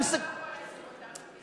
אתה לא יכול להאשים אותנו בסקטוריאליות.